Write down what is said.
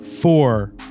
four